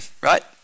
right